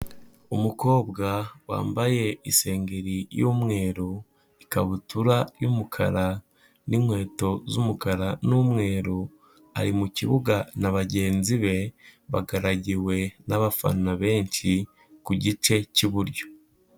Umukobwa wambaye iseri y'umweru ikabutura y'umukara n'inkweto z'umukara n'umweru, ari mukibuga na bagenzi be bagaragiwe n'abafana benshi ku gice cy'iburyo.